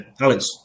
Alex